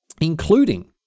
including